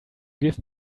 give